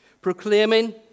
Proclaiming